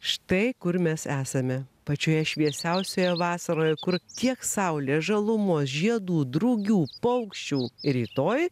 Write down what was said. štai kur mes esame pačioje šviesiausioje vasaroje kur tiek saulės žalumos žiedų drugių paukščių rytoj